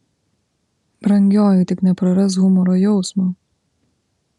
brangioji tik neprarask humoro jausmo